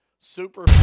super